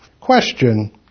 Question